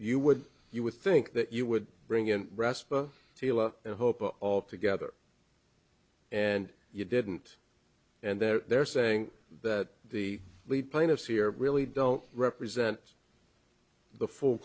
you would you would think that you would bring in respa and hope all together and you didn't and they're saying that the lead plaintiffs here really don't represent the full